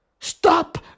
Stop